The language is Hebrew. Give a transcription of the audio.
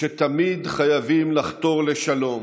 ושתמיד חייבים לחתור לשלום